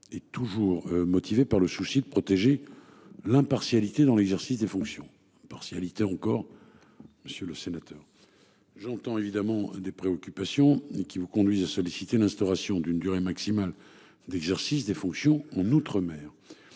et toujours motivée par le souci de protéger l'impartialité dans l'exercice des fonctions partialité encore. Monsieur le sénateur. J'entends évidemment des préoccupations et qui vous conduisent à solliciter l'instauration d'une durée maximale d'exercice des fonctions en outre-mer.